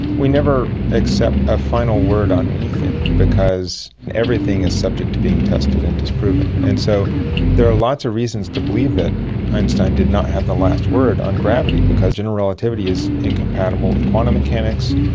we never accept a final word on anything because everything is subject to being tested and disproven. and so there are lots of reasons to believe that einstein did not have the last word on gravity, because general relativity is incompatible with quantum mechanics,